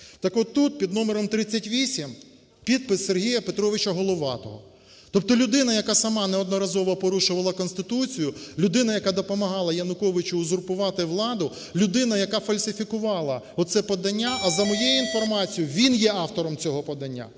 Так отут, під номером 38 підпис Сергія Петровича Головатого. Тобто людина, яка сама неодноразово порушувала Конституцію, людина, яка допомагала Януковичу узурпувати владу, людина, яка фальсифікувала оце подання, (а за моєю інформацією, він є автором цього подання),